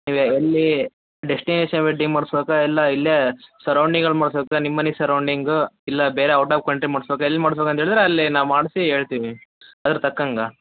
ಈಗ ಎಲ್ಲಿ destination wedding ಮಾಡ್ಸ್ಬೇಕಾ ಇಲ್ಲ ಇಲ್ಲೇ ಸರೌಂಡಿಂಗಲ್ಲಿ ಮಾಡ್ಸ್ಬೇಕಾ ನಿಮ್ಮನೆ ಸರೌಂಡಿಂಗ್ ಇಲ್ಲ ಬೇರೆ ಔಟ್ ಆಫ್ ಕಂಟ್ರಿ ಮಾಡ್ಸ್ಬೇಕಾ ಎಲ್ಲಿ ಮಾಡಿಸ್ಬೇಕಂತೇಳದ್ರೆ ಅಲ್ಲೇ ಮಾಡಿಸಿ ನಾವು ಹೇಳ್ತೀವಿ ಅದರ ತಕ್ಕಂಗೆ